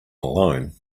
alone